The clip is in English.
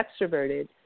extroverted